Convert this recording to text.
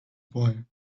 boy